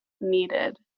needed